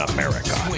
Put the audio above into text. America